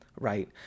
right